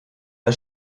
der